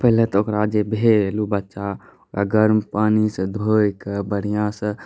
पहिले तऽ ओकरा जे भेल ओ बच्चा ओकरा गरम पानीसँ धोइकऽ बढ़िआँसँ